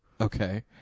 Okay